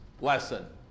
lesson